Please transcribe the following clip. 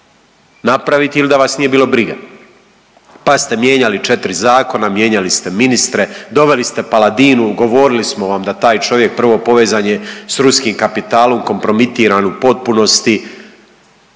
napraviti ili da vas nije bilo briga, pa ste mijenjali 4 zakona, mijenjali ste ministre, doveli ste Paladinu, govorili smo vam da taj čovjek prvo povezan je sa ruskim kapitalom kompromitiran u potpunosti.